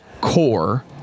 core